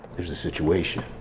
there's a situation.